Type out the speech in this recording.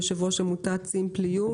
יו"ר עמותת סימפלי יו,